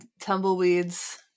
tumbleweeds